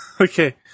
Okay